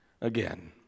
again